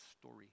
story